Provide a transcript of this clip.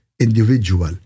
individual